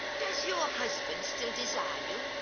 does your husband still desire you?